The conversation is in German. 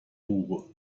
buche